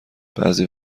بعضی